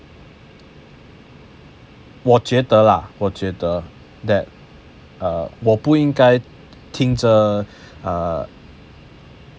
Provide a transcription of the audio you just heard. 我觉得 lah 我觉得 that uh 我不应该听这 ah